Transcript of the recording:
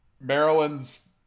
Maryland's